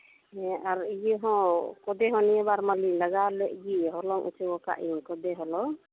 ᱦᱮᱸ ᱟᱨ ᱤᱭᱟᱹ ᱦᱚᱸ ᱠᱷᱚᱫᱮ ᱦᱚᱸ ᱱᱤᱭᱟᱹ ᱵᱟᱨ ᱢᱟᱞᱤᱧ ᱞᱟᱜᱟᱣ ᱞᱮᱫ ᱜᱮ ᱦᱚᱞᱚᱝ ᱦᱚᱪᱚ ᱟᱠᱟᱫᱤᱧ ᱠᱷᱚᱫᱮ ᱦᱚᱞᱚᱝ